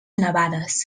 nevades